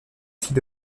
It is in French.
fit